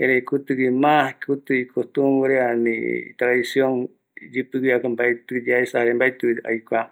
erei kutïgui mas icostumbre ani itradicion iyïpï guiveva mbaetï yaesa jare mbaetïvi aikua.